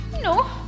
No